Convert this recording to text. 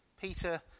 Peter